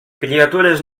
criatures